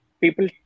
people